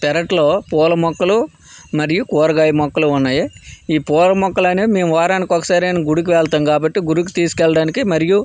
పెరట్లో పూల మొక్కలు మరియు కూరగాయ మొక్కలు ఉన్నాయి ఈ పూల మొక్కల అనేవి మేము వారానికి ఒకసారి అయిన గుడికి వెళ్తాం కాబట్టి గుడికి తీసుకెళ్ళడానికి మరియు